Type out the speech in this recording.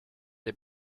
des